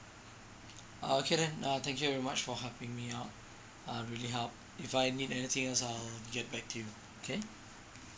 ah okay then uh thank you very much for helping me out uh it really helped if I need anything else I'll get back to you okay